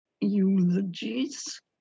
Eulogies